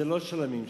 הוא לא של הממשלה.